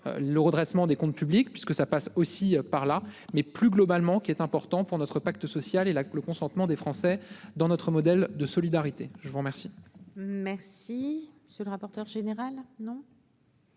le redressement des comptes publics, puisque ça passe aussi par là, mais plus globalement qui est important pour notre pacte social et là le consentement des Français dans notre modèle de solidarité je vous remercie. Merci sur le rapporteur général